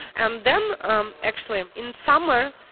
and then, um, actually ah in summer,